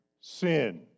sin